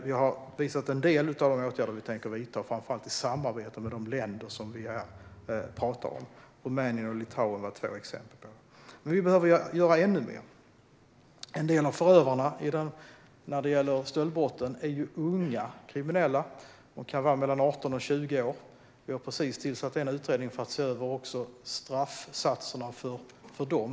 Vi har visat en del av de åtgärder som vi tänker vidta, framför allt i samarbete med de länder som vi pratar om. Rumänien och Litauen var två exempel. Vi behöver dock göra ännu mer. När det gäller stöldbrotten är en del av förövarna unga kriminella mellan 18 och 20 år. Vi har precis tillsatt en utredning för att se över även straffsatserna för dem.